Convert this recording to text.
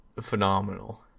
phenomenal